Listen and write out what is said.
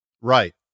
Right